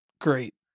Great